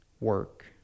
work